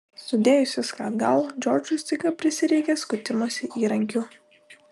sudėjus viską atgal džordžui staiga prisireikė skutimosi įrankių